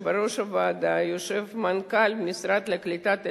ובראש הוועדה יושב מנכ"ל המשרד לקליטת העלייה,